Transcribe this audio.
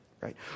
right